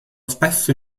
spesso